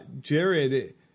Jared